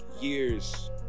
years